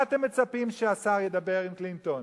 מה אתם מצפים שהשר ידבר עם קלינטון?